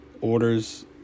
orders